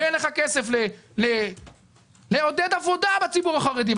ואין לך כסף לעודד עבודה בציבור החרדי.